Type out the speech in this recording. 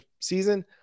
season